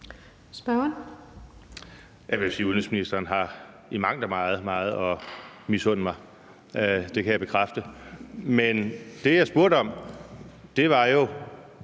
(DF): Jeg vil sige, at udenrigsministeren i mangt og meget har meget at misunde mig. Det kan jeg bekræfte. Men det, jeg spurgte om, var jo,